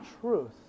truth